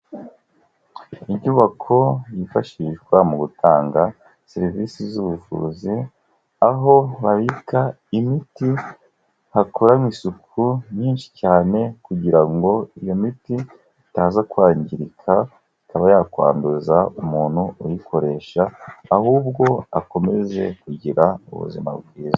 Inyubako yifashishwa mu gutanga serivisi z'ubuvuzi, aho babika imiti hakoranwe isuku nyinshi cyane kugira ngo iyo miti itaza kwangirika ikaba yakwanduza umuntu uyikoresha, ahubwo akomeze kugira ubuzima bwiza.